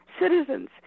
citizens